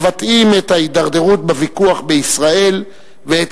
מבטאים את ההידרדרות בוויכוח בישראל ואת